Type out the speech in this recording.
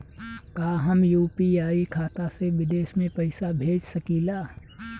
का हम यू.पी.आई खाता से विदेश में पइसा भेज सकिला?